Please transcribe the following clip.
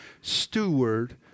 steward